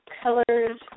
colors